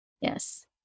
Yes